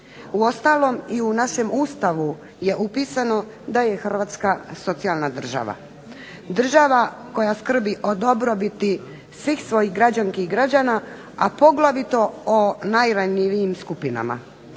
Uostalom i u našem ustavu je upisano da je Hrvatska socijalna država. Država koja skrbi o dobrobiti svih svojih građanki i građana a posebno o najranjivijim skupinama.